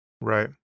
Right